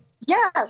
Yes